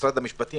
משרד המשפטים,